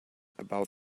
about